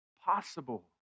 possible